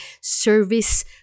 service